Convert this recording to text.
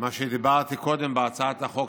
מה שדיברתי קודם בהצעת החוק